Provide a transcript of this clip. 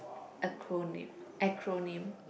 acronym acronym